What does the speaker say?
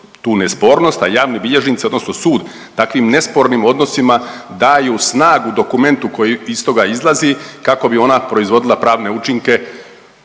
tu nespornost, a javni bilježnici, odnosno sud takvim nespornim odnosima daju snagu dokumentu koju iz toga izlazi kako bi ona proizvodila pravne učinke